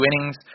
innings